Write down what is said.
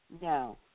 No